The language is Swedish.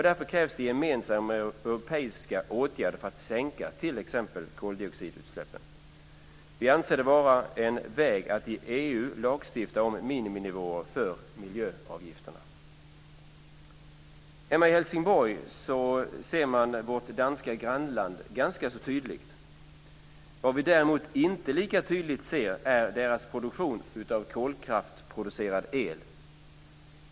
Därför krävs det gemensamma europeiska åtgärder för att minska t.ex. koldioxidutsläppen. Vi anser det vara en väg att i EU lagstifta om miniminivåer för miljöavgifter. Hemma i Helsingborg ser man vårt danska grannland ganska tydligt. Vad vi däremot inte lika tydligt ser är deras produktion av kolkraftproducerad el.